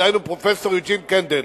דהיינו פרופסור יוג'ין קנדל,